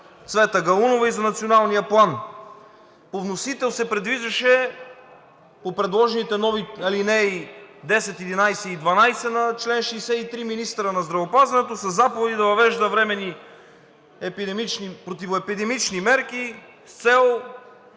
Цвета Галунова и за Националния план. По вносител се предвиждаше по предложените нови алинеи –10, 11 и 12 на чл. 63, министърът на здравеопазването със заповеди да въвежда временни противоепидемиологични мерки с цел